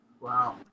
Wow